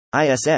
ISS